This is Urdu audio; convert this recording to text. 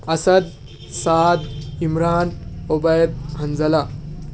اسد سعد عمران عبید حنظلہ